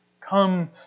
Come